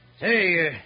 Hey